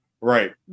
Right